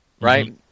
right